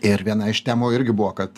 ir viena iš temų irgi buvo kad